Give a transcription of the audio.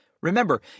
Remember